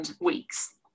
Weeks